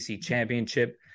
championship